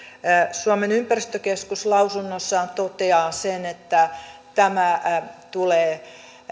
suomen ympäristökeskus lausunnossaan toteaa sen että tämä tulee